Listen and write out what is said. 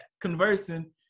conversing